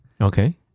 Okay